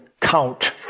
count